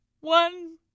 One